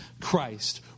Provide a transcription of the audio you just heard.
christ